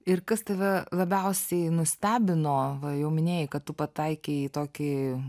ir kas tave labiausiai nustebino va jau minėjai kad tu pataikei į tokį